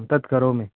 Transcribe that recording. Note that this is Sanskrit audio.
तत् करोमि